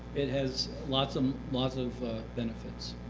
it has lots of lots of benefits.